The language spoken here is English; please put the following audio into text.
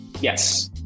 Yes